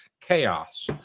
chaos